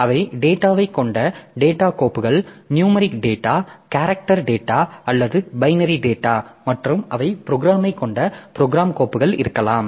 அவை டேட்டாவைக் கொண்ட டேட்டாக் கோப்புகள் நுயூமெரிக் டேட்டா கேரக்டர் டேட்டா அல்லது பைனரி டேட்டா மற்றும் அவை ப்ரோக்ராமைக் கொண்ட ப்ரோக்ராம் கோப்புகள் இருக்கலாம்